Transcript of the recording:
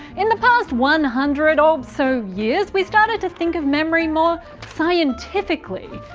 in the past one hundred or so years, we started to think of memory more scientifically.